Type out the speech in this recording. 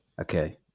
okay